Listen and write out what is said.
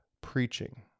preaching